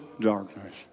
darkness